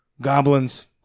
goblins